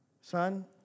Son